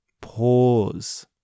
Pause